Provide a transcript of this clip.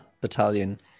Battalion